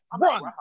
run